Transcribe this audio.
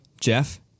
Jeff